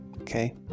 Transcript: Okay